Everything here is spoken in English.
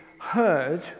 heard